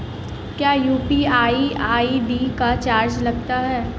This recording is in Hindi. क्या यू.पी.आई आई.डी का चार्ज लगता है?